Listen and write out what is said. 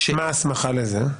מה ההסמכה לזה?